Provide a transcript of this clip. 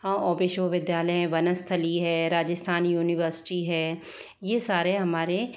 हाँ और विश्वविद्यालय है वनस्थली है राजस्थान यूनिवर्सिटी है यह सारे हमारे